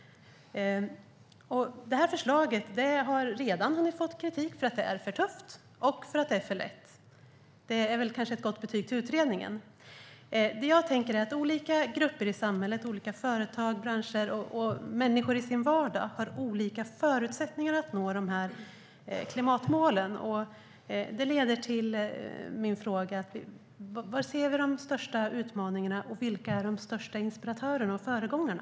Detta förslag har redan hunnit få kritik för att det är för tufft och för att det är för lätt. Det är kanske ett gott betyg till utredningen. Det jag tänker är att olika grupper i samhället, olika företag, branscher och människor i sin vardag har olika förutsättningar att nå klimatmålen. Det leder till min fråga. Var ser vi de största utmaningarna, och vilka är de största inspiratörerna och föregångarna?